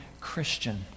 Christian